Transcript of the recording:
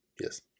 yes